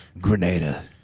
Grenada